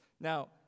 Now